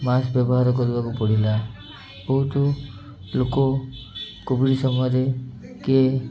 mask ବ୍ୟବହାର କରିବାକୁ ପଡ଼ିଲା ବହୁତ ଲୋକ କୋଭିଡ଼ ସମୟରେ କିଏ